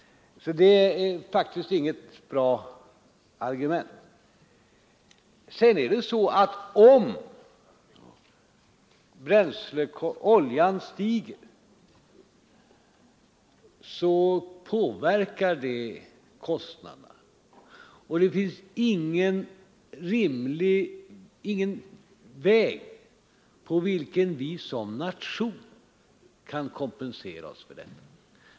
Det var alltså inget bra argument. Om oljepriset stiger påverkar det kostnaderna, och det finns ingen väg på vilken vi som nation kan kompensera oss för detta.